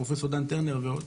פרופ' דו טרנר ועוד,